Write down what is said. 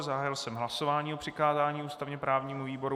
Zahájil jsem hlasování o přikázání ústavněprávnímu výboru.